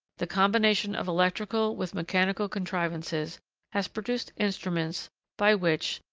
the combination of electrical with mechanical contrivances has produced instruments by which,